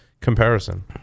comparison